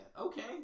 Okay